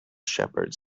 shepherds